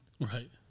Right